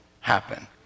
happen